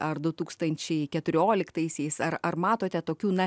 ar du tūktančiai keturioliktaisiais ar ar matote tokių na